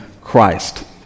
Christ